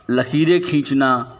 लकीरें खींचना